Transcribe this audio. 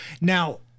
now